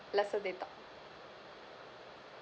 lesser data